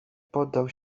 poddał